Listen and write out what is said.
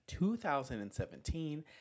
2017